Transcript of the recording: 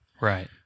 Right